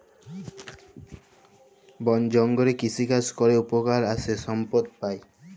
বল জঙ্গলে কৃষিকাজ ক্যরে উপকার আছে সম্পদ পাই